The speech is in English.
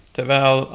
Terwijl